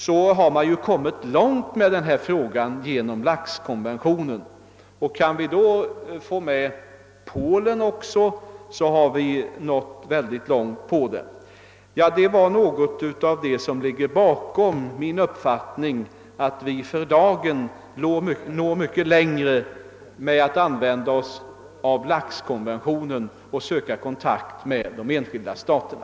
Vi har alltså kommit långt i den här frågan med hjälp av laxkonventionen, och kunde vi få också Polen att följa konventionen, så vore väldigt mycket vunnet. Detta är något av det som ligger bakom min uppfattning att vi för dagen når mycket längre med att använda oss av laxkonventionen och söka kontakt med de enskilda staterna.